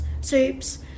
soups